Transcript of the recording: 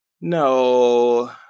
no